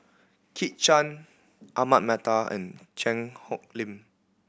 Kit Chan Ahmad Mattar and Cheang Hong Lim